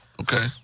Okay